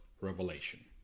Revelation